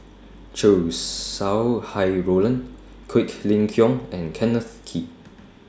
Chow Sau Hai Roland Quek Ling Kiong and Kenneth Kee